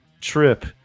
trip